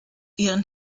ihren